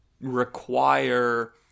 require